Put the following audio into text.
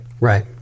Right